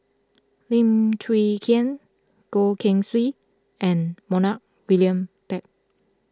Lim Chwee Chian Goh Keng Swee and Montague William Pett